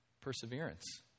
perseverance